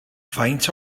faint